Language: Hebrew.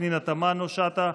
פנינה תמנו שטה,